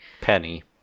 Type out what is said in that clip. Penny